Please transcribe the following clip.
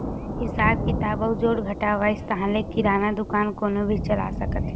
हिसाब किताब अउ जोड़ घटाव अइस ताहाँले किराना दुकान कोनो भी चला सकत हे